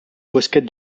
bosquet